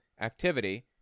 activity